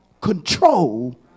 control